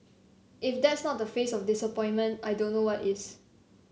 if that's not the face of disappointment I don't know what is